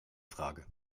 frage